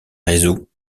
réseaux